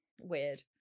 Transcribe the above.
weird